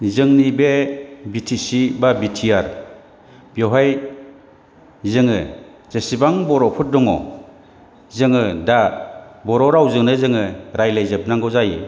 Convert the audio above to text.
जोंनि बे B T C एबा बि टि आर बेवहाय जोङो जेसेबां बर'फोर दङ जोङो दा बर' रावजोंनो जोङो रायज्लायजोबनांगौ जायो